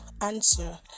answer